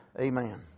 Amen